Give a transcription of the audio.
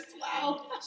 Wow